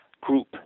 group